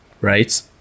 right